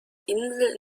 insel